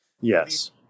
Yes